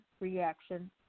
reaction